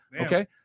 Okay